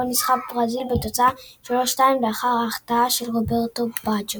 בו ניצחה ברזיל בתוצאה 2–3 לאחר החטאה של רוברטו באג'ו.